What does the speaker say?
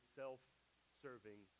self-serving